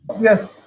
Yes